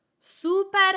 super